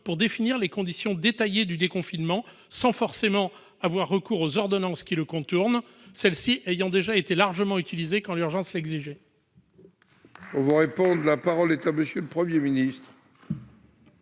pour définir les conditions détaillées du déconfinement sans forcément avoir recours aux ordonnances qui le contournent, celles-ci ayant déjà été largement utilisées quand l'urgence l'exigeait